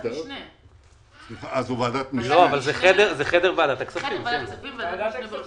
לא היית צריך לבוא לוועדת הכספים,